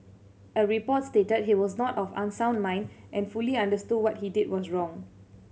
a report stated he was not of unsound mind and fully understood what he did was wrong